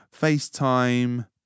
FaceTime